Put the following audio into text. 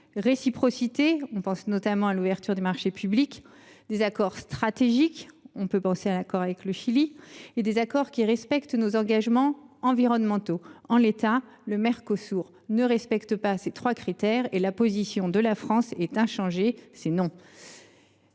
réciprocité je pense notamment à l’ouverture des marchés publics ; la nécessité d’accords stratégiques on peut penser à l’accord avec le Chili ; la nécessité d’accords qui respectent nos engagements environnementaux. En l’état, le Mercosur ne respecte pas ces trois critères. La position de la France demeure donc inchangée : c’est non